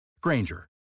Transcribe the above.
Granger